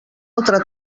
altra